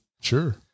Sure